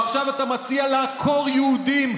ועכשיו אתה מציע לעקור יהודים,